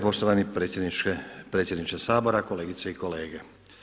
Poštovani predsjedniče Sabora, kolegice i kolege.